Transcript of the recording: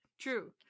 true